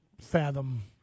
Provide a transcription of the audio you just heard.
fathom